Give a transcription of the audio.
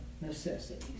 necessities